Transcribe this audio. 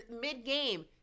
mid-game